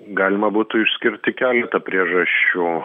galima būtų išskirti keletą priežasčių